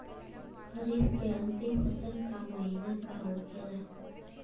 खरीफ के अंतिम फसल का महीना का होखेला?